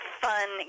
fun